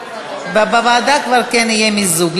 בוועדת הכלכלה כבר יהיה מיזוג.